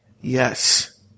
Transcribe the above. Yes